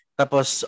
tapos